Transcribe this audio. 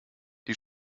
die